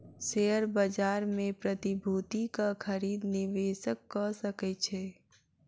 share बाजार मे प्रतिभूतिक खरीद निवेशक कअ सकै छै